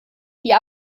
die